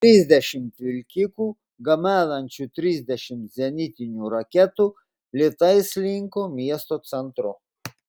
trisdešimt vilkikų gabenančių trisdešimt zenitinių raketų lėtai slinko miesto centru